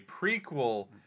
prequel